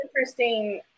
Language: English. interesting